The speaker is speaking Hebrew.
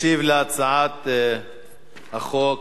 ישיב על הצעת החוק